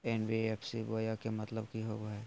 NBFC बोया के मतलब कि होवे हय?